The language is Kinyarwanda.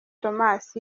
thomas